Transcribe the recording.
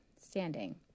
standing